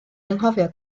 anghofio